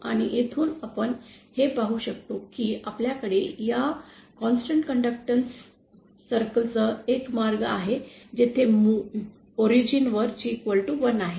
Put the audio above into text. आणि येथून आपण हे पाहू शकतो की आपल्याकडे या निरंतर कडक्टॅन्स वर्तुळासह एक मार्ग आहे जिथे मूळ वर G 1 आहे